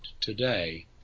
today